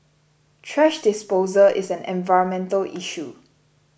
thrash disposal is an environmental issue